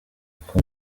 uko